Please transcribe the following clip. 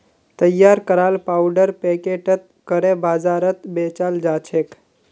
तैयार कराल पाउडर पैकेटत करे बाजारत बेचाल जाछेक